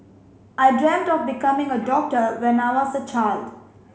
I dreamt of becoming a doctor when I was a child